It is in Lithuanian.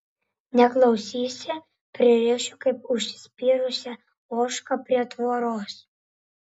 neklausysi pririšiu kaip užsispyrusią ožką prie tvoros